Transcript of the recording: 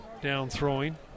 down-throwing